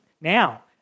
now